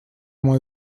мой